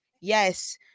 yes